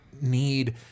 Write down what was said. need